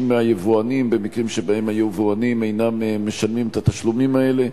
מהיבואנים במקרים שהיבואנים אינם משלמים את התשלומים האלה.